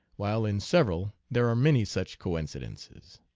while in several there are many such coincidences.